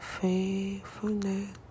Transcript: faithfulness